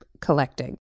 collecting